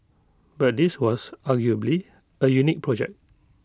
but this was arguably A unique project